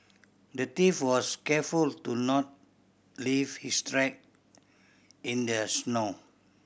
the thief was careful to not leave his track in their snow